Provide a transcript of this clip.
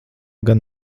gan